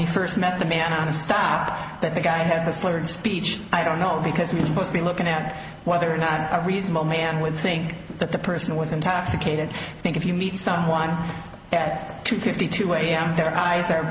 he first met the man on a stop that the guy has a slurred speech i don't know because we're supposed to be looking at whether or not a reasonable man would think that the person was intoxicated i think if you meet someone at two fifty two am their eyes are